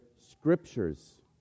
scriptures